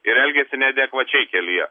ir elgiasi neadekvačiai kelyje